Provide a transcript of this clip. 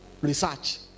Research